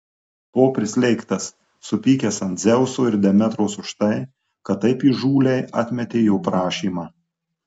buvo prislėgtas supykęs ant dzeuso ir demetros už tai kad taip įžūliai atmetė jo prašymą